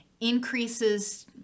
increases